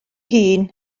hun